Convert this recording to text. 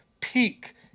peak